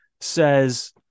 says